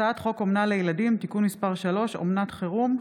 הצעת חוק אומנה לילדים (תיקון מ' 3) (אומנת חירום),